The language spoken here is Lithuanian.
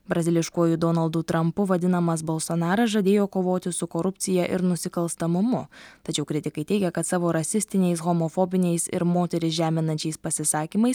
braziliškuoju donaldu trampu vadinamas balsonaras žadėjo kovoti su korupcija ir nusikalstamumu tačiau kritikai teigia kad savo rasistiniais homofobiniais ir moteris žeminančiais pasisakymais